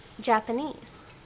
Japanese